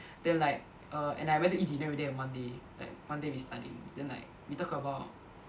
then like err and I went to eat dinner with them one day like one day we studying then like we talk about